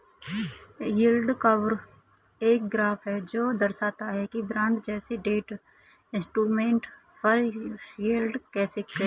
yield curve एक graph है जो दर्शाता है कि बॉन्ड जैसे डेट इंस्ट्रूमेंट पर यील्ड कैसे है